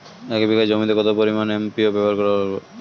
এক বিঘা জমিতে কত পরিমান এম.ও.পি ব্যবহার করব?